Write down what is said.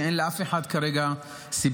שאין לאף אחד כרגע סבסוד.